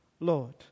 Lord